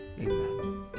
amen